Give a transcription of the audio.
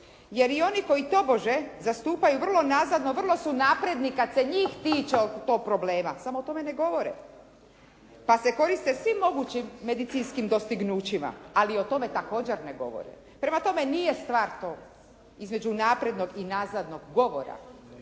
jer i oni koji tobože zastupaju vrlo nazadno vrlo su napredni kad se njih tiče tog problema, samo o tome ne govore. Pa se koriste svim mogućim medicinskim dostignućima, ali o tome također ne govore. Prema tome, nije stvar to između naprednog i nazadnog govora